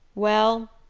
well,